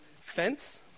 fence